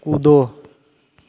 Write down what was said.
कूदो